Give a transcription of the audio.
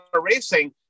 racing